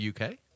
UK